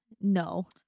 No